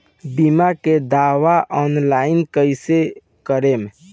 बीमा के दावा ऑनलाइन कैसे करेम?